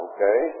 Okay